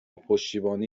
پشتیبانی